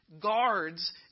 Guards